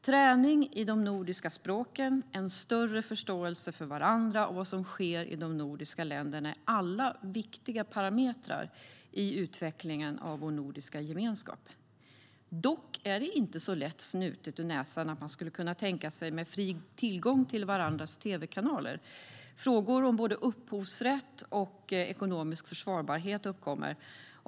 Träning i de nordiska språken, en större förståelse för varandra och vad som sker i de nordiska länderna är alla viktiga parametrar i utvecklingen av vår nordiska gemenskap. Dock är det inte så lätt snutet ur näsan som man skulle kunna tänka sig med fri tillgång till varandras tv-kanaler. Frågor om både upphovsrätt och ekonomisk försvarbarhet uppkommer.